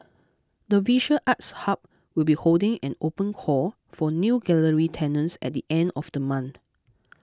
the visual arts hub will be holding an open call for new gallery tenants at the end of the month